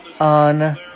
on